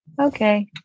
Okay